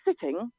sitting